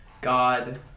god